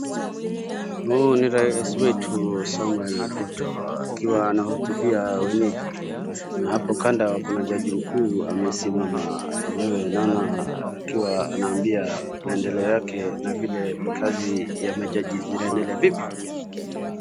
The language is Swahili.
Huu ni rais wetu Samoei Ruto akiwa anahutubia wenyeji na hapo kando kuna jaji mkuu amesimama. Enyewe naona akiwa anaambia maendelo yake na vile kazi ya majaji zinaendelea vipi.